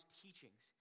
teachings